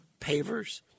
pavers